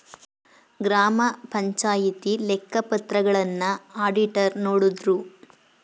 ಗ್ರಾಮ ಪಂಚಾಯಿತಿ ಲೆಕ್ಕ ಪತ್ರಗಳನ್ನ ಅಡಿಟರ್ ನೋಡುದ್ರು